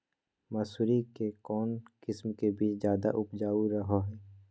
मसूरी के कौन किस्म के बीच ज्यादा उपजाऊ रहो हय?